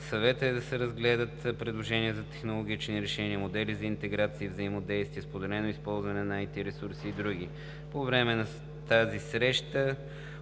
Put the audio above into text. Съвета е да се разглеждат предложения за технологични решения, модели за интеграция и взаимодействие, споделено ползване на ИТ ресурси и други. По време на срещата